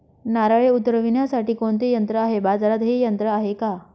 नारळे उतरविण्यासाठी कोणते यंत्र आहे? बाजारात हे यंत्र आहे का?